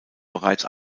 bereits